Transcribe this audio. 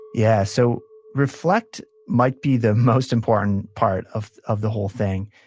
yeah, so reflect might be the most important part of of the whole thing.